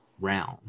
realm